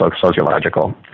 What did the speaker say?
sociological